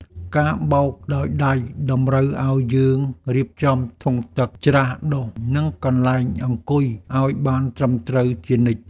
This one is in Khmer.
ការបោកដោយដៃតម្រូវឱ្យយើងរៀបចំធុងទឹក ច្រាសដុស និងកន្លែងអង្គុយឱ្យបានត្រឹមត្រូវជានិច្ច។